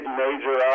major